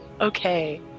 Okay